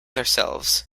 ourselves